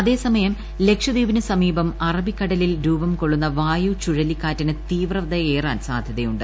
അതേസമയം ലക്ഷദ്വീപിന് സമീപം അറബിക്കടലിൽ രൂപം കൊള്ളുന്ന വായു ചുഴലിക്കാറ്റിന് തീവ്രതയേറാൻ സാധൃതയുണ്ട്